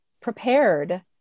prepared